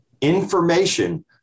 information